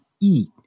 eat